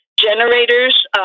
generators